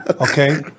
okay